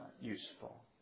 useful